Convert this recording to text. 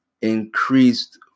increased